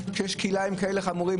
שיש כלאיים כאלה חמורים,